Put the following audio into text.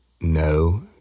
No